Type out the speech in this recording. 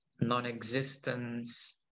non-existence